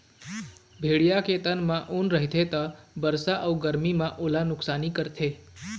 भेड़िया के तन म ऊन रहिथे त बरसा अउ गरमी म ओला नुकसानी करथे